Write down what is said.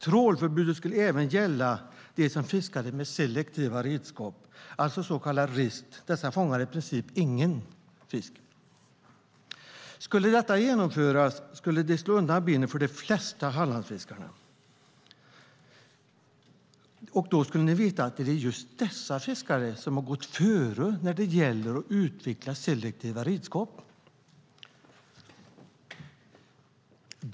Trålförbudet skulle även gälla dem som fiskade med selektiva redskap, alltså så kallad rist. Dessa fångar i princip ingen fisk. Skulle detta genomföras skulle det slå undan benen för de flesta Hallandsfiskare, och då ska ni veta att det är just dessa fiskare som har gått före när det gäller att utveckla selektiva redskap.